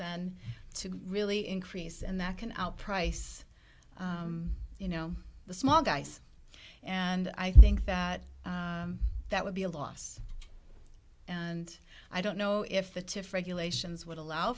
then to really increase and that can out price you know the small guys and i think that that would be a loss and i don't know if the to frag elations would allow